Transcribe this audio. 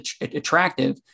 attractive